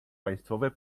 państwowe